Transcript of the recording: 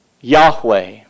Yahweh